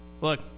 Look